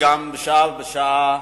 שעה-שעה,